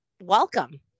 welcome